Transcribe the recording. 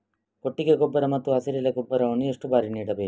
ಕೊಟ್ಟಿಗೆ ಗೊಬ್ಬರ ಮತ್ತು ಹಸಿರೆಲೆ ಗೊಬ್ಬರವನ್ನು ಎಷ್ಟು ಬಾರಿ ನೀಡಬೇಕು?